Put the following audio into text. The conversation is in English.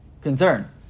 concern